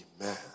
Amen